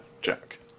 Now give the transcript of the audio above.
Jack